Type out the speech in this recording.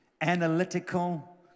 analytical